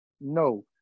No